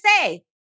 say